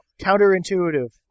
Counterintuitive